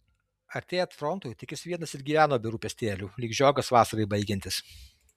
artėjant frontui tik jis vienas ir gyveno be rūpestėlių lyg žiogas vasarai baigiantis